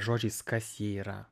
žodžiais kas ji yra